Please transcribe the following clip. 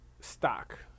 stock